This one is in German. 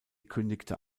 kündigte